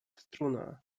struna